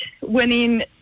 winning